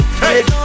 hey